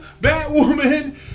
Batwoman